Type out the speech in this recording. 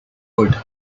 wood